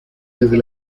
desde